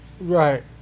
Right